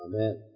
Amen